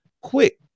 quick